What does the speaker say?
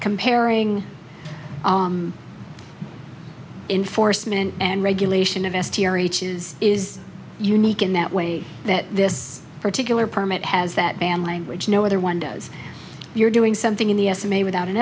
comparing enforcement and regulation of s t r each is is unique in that way that this particular permit has that banned language no other one does you're doing something in the estimate without an